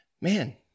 man